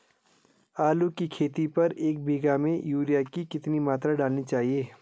आलू की खेती पर एक बीघा में यूरिया की कितनी मात्रा डालनी चाहिए?